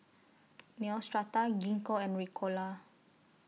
Neostrata Gingko and Ricola